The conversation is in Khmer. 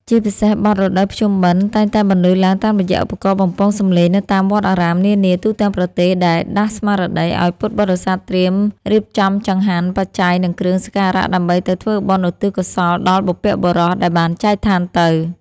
ជាពិសេសបទ រដូវភ្ជុំបិណ្ឌ តែងតែបន្លឺឡើងតាមរយៈឧបករណ៍បំពងសម្លេងនៅតាមវត្តអារាមនានាទូទាំងប្រទេស ដែលដាស់ស្មារតីឱ្យពុទ្ធបរិស័ទត្រៀមរៀបចំចង្ហាន់ បច្ច័យ និងគ្រឿងសក្ការៈដើម្បីទៅធ្វើបុណ្យឧទ្ទិសកុសលដល់បុព្វបុរសដែលបានចែកឋានទៅ។